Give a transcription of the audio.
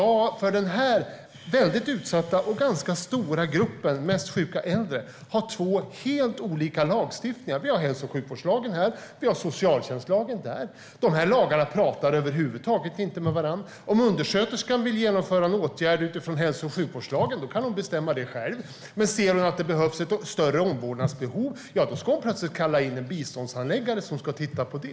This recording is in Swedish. För den här utsatta och ganska stora gruppen, mest sjuka äldre, gäller två helt olika lagstiftningar. Vi har hälso och sjukvårdslagen här, och vi har socialtjänstlagen där. De här lagarna pratar över huvud taget inte med varandra. Om undersköterskan vill genomföra en åtgärd utifrån hälso och sjukvårdslagen kan hon bestämma det själv, men ser hon att det finns ett större omvårdnadsbehov ska hon plötsligt kalla in en biståndshandläggare som ska titta på det.